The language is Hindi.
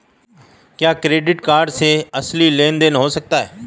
क्या क्रेडिट कार्ड से आपसी लेनदेन हो सकता है?